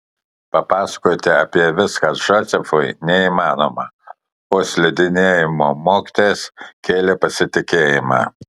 papasakoti apie viską džozefui neįmanoma o slidinėjimo mokytojas kėlė pasitikėjimą